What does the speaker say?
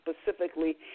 specifically